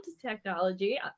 technology